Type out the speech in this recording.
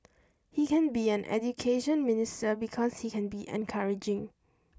he can be an Education Minister because he can be encouraging